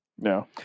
No